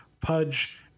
Pudge